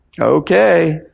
Okay